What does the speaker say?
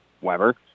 Weber